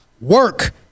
work